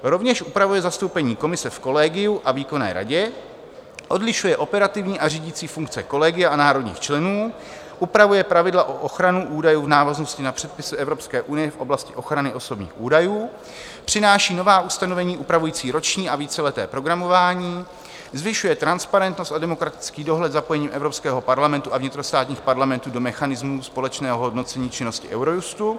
Rovněž upravuje zastoupení Komise v kolegiu a výkonné radě, odlišuje operativní a řídící funkce kolegia a národních členů, upravuje pravidla pro ochranu údajů v návaznosti na předpisy EU v oblasti ochrany osobních údajů, přináší nová ustanovení upravující roční a víceleté programování, zvyšuje transparentnost a demokratický dohled zapojením Evropského parlamentu a vnitrostátních parlamentů do mechanismu společného hodnocení činnosti Eurojustu.